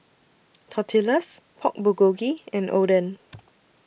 Tortillas Pork Bulgogi and Oden